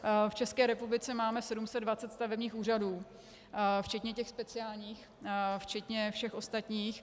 V České republice máme 720 stavebních úřadů včetně těch speciálních, včetně všech ostatních.